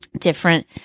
different